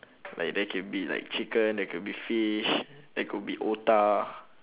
like there can be like chicken there could be fish there could be otah